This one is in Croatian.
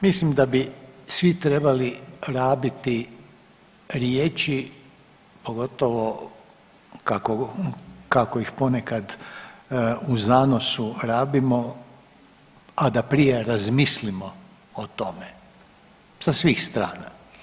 Mislim da bi svi trebali rabiti riječi, pogotovo kako iz ponekad u zanosu rabimo, a da prije razmislimo o tome sa svih strana.